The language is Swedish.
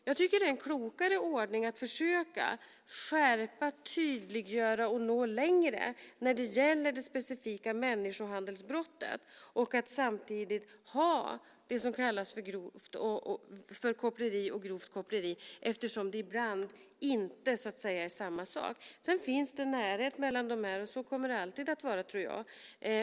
Jag tycker att det är en klokare ordning att försöka skärpa, tydliggöra och nå längre när det gäller det specifika människohandelsbrottet och att samtidigt behålla de specifika brotten koppleri och grovt koppleri eftersom det ibland inte är samma sak. Sedan finns det en närhet mellan dessa brott, och så kommer det alltid att vara, tror jag.